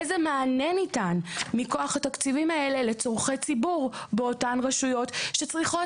איזה מענה ניתן מכוח התקציבים האלה לצרכי ציבור באותן רשויות שצריכות